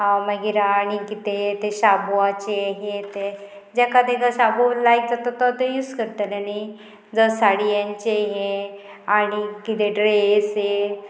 मागीर आनी कितें तें शाबुचें हें तें जेका तेका शाबू लायक जाता तो यूज करतले न्ही जो साडयांचे हे आनी कितें ड्रेस हे